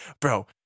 bro